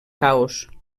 caos